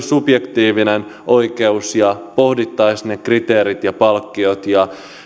subjektiivinen oikeus ja pohdittaisiin ne kriteerit ja palkkiot ja